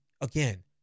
Again